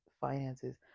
finances